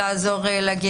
את תדברי עם